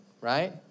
right